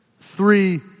Three